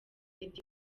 eddy